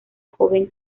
joven